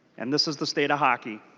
and this is the state of hockey.